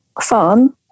fun